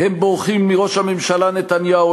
הם בורחים מראש הממשלה נתניהו,